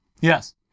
Yes